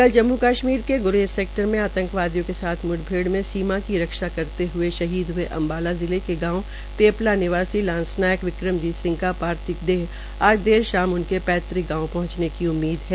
कल जम्मु कश्मीर के गुरेज सेक्टर मे आंतकवादियो के साथ मुठभेड़ में सीमा की रक्षा करते हुए शहीद हुए अम्बाला जिलो के गांव तेपला निवासी लांस नायक विक्रमजीत सिंह का पार्थिव देह आज शाम उनके पैतृक गांव पहंचने की उम्मीद है